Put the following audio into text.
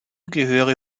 gehöre